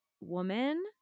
Woman